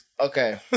Okay